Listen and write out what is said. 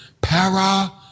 Para